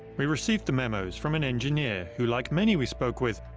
we received the memos from an engineer who, like many we spoke with,